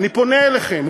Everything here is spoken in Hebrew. אני פונה אליכם,